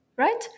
Right